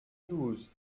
douze